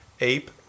Ape